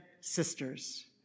sisters